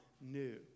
new